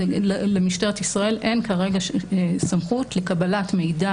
למשטרת ישראל אין כרגע סמכות לקבלת מידע